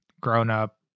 grown-up